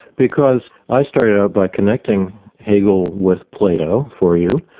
because i started out by connecting hegel with plato for you.